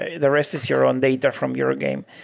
ah the rest is your own data from your game.